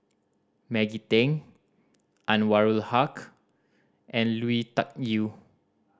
Maggie Teng Anwarul Haque and Lui Tuck Yew